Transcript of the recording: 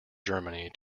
germany